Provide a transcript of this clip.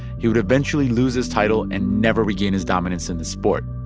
he would eventually lose his title and never regain his dominance in the sport.